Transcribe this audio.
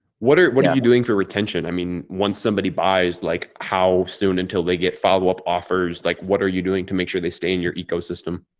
what are what are you doing for retention? i mean, once somebody buys like how soon until they get follow up offers, like, what are you doing to make sure they stay in your ecosystem?